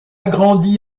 grandi